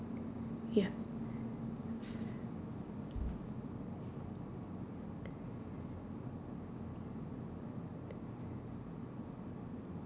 ya